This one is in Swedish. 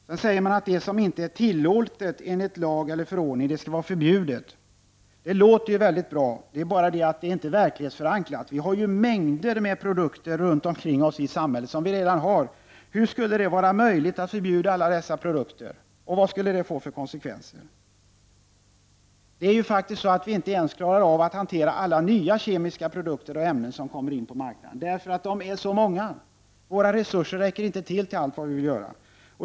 Miljöpartiet vill att det som inte är tillåtet enligt lag eller förordning skall vara förbjudet. Det låter mycket bra, men det är inte verklighetsförankrat. Det finns mängder av produkter runt om i samhället, och hur skulle det vara möjligt att förbjuda alla dessa produkter? Vilka konsekvenser skulle det få? Vi klarar ju inte ens av att hantera alla nya kemiska produkter och ämnen som kommer in på marknaden — därför att de är så många. Våra resurser räcker inte till allt vad vi vill göra.